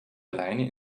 alleine